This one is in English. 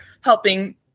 helping